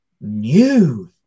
New